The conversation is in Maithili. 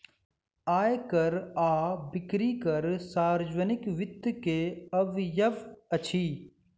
आय कर आ बिक्री कर सार्वजनिक वित्त के अवयव अछि